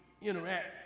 interact